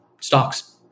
stocks